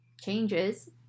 changes